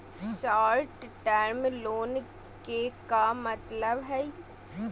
Short term loan के का मतलब हई?